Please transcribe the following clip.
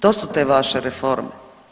To su te vaše reforme.